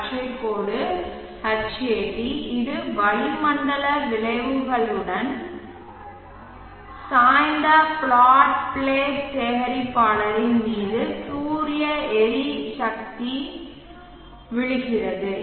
பச்சைக் கோடு Hat இது வளிமண்டல விளைவுகளுடன் சாய்ந்த பிளாட் பிளேட் சேகரிப்பாளரின் மீது சூரிய சக்தி விழுகிறது